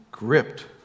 Gripped